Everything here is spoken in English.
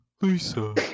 Lisa